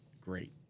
great